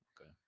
Okay